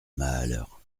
mahaleur